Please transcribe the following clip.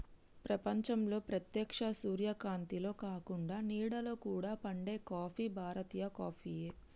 ప్రపంచంలో ప్రేత్యక్ష సూర్యకాంతిలో కాకుండ నీడలో కూడా పండే కాఫీ భారతీయ కాఫీయే